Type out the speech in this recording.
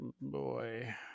Boy